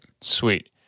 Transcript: Sweet